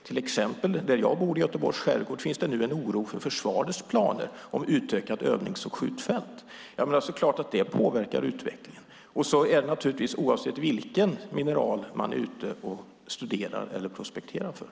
Till exempel finns nu i Göteborgs skärgård, där jag bor, en oro för försvarets planer på utökade övnings och skjutfält. Det är klart att det påverkar utvecklingen. Så är det naturligtvis oavsett vilken mineral man studerar eller prospekterar efter.